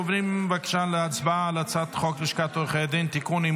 עוברים להצבעה על הצעת חוק לשכת עורכי הדין (תיקון,